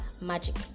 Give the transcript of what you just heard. magic